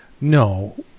no